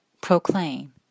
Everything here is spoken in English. proclaim